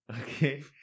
Okay